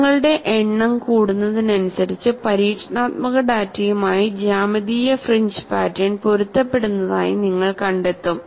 പദങ്ങളുടെ എണ്ണം കൂടുന്നതിനനുസരിച്ച് പരീക്ഷണാത്മക ഡാറ്റയുമായി ജ്യാമിതീയ ഫ്രിഞ്ച് പാറ്റേൺ പൊരുത്തപ്പെടുന്നതായി നിങ്ങൾ കണ്ടെത്തും